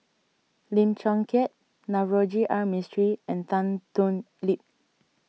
Lim Chong Keat Navroji R Mistri and Tan Thoon Lip